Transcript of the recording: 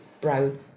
brown